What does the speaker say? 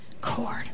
cord